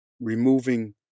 removing